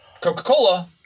Coca-Cola